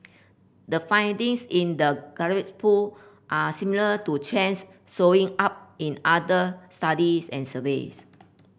the findings in the poll are similar to trends showing up in other studies and surveys